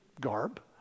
garb